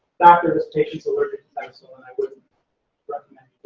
doctor, this patient's allergic to penicillin, i wouldn't recommend